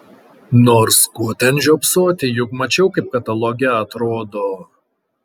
nors ko ten žiopsoti juk mačiau kaip kataloge atrodo